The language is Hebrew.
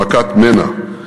במכת מנע,